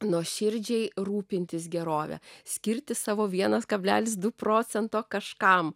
nuoširdžiai rūpintis gerove skirti savo vienas kablelis du procento kažkam